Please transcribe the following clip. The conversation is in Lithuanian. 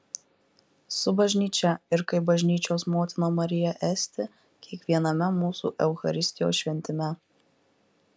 su bažnyčia ir kaip bažnyčios motina marija esti kiekviename mūsų eucharistijos šventime